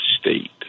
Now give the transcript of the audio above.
state